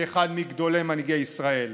כאחד מגדולי מנהיגי ישראל.